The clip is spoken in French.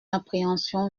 appréhension